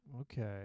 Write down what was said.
Okay